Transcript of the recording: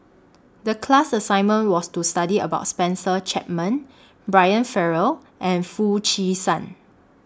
The class assignment was to study about Spencer Chapman Brian Farrell and Foo Chee San